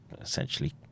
essentially